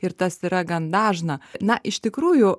ir tas yra gan dažna na iš tikrųjų